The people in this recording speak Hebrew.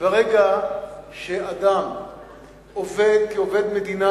ברגע שאדם עובד כעובד מדינה,